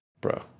bro